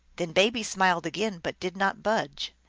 then baby smiled again, but did not budge.